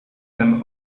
them